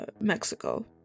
Mexico